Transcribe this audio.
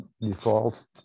default